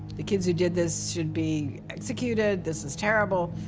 the kids who did this should be executed. this is terrible.